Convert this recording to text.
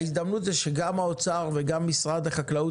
ההזדמנות זה שגם משרד האוצר וגם משרד החקלאות